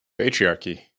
Patriarchy